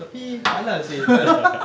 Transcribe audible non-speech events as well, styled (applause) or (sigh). tapi tak halal seh (laughs)